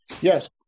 yes